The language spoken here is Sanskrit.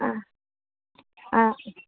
हा हा